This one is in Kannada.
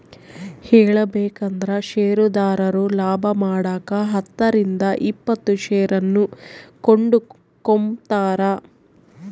ಹೇಳಬೇಕಂದ್ರ ಷೇರುದಾರರು ಲಾಭಮಾಡಕ ಹತ್ತರಿಂದ ಇಪ್ಪತ್ತು ಷೇರನ್ನು ಕೊಂಡುಕೊಂಬ್ತಾರ